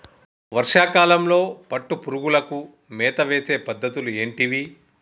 వర్షా కాలంలో పట్టు పురుగులకు మేత వేసే పద్ధతులు ఏంటివి?